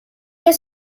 que